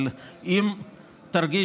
אבל אם תרגיש,